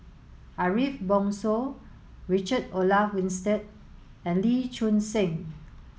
Ariff Bongso Richard Olaf Winstedt and Lee Choon Seng